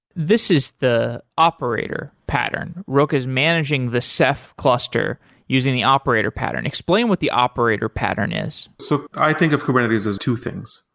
this is the operator pattern. rook is managing the ceph cluster using the operator pattern. explain what the operator pattern is. so i think of kubernetes as two things.